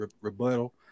rebuttal